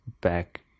back